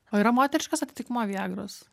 o yra moteriškas atitikmuo viagros